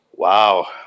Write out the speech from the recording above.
Wow